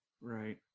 Right